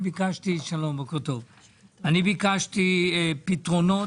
אני ביקשתי פתרונות.